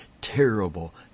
terrible